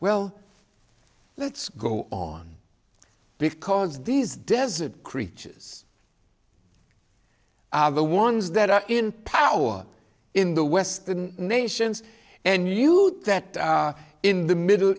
well let's go on because these desert creatures the ones that are in power in the western nations and youth that in the middle